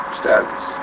status